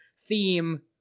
theme